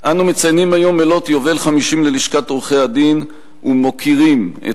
אנו מציינים היום מלאות יובל 50 ללשכת עורכי-הדין ומוקירים את